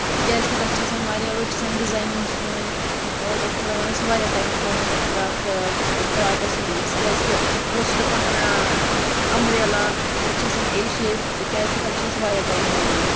کیازِ کہِ تَتھ چھِ آسان واریاہ أڑۍ چھِ آسان ڈِزینٛگ سوٕنۍ تَتھ چھُ لگان اَسہِ واریاہ ٹایم چھُ لگان تَتھ فراکھ فِراکس سُونَس کیازِ کہِ أڑۍ چھِ دَپان اَمبریلا أڑۍ چھِ آسان ایے شیپ تہٕ کیازِ کہِ تتھ چھُ اَسہِ واریاہ ٹایم لگان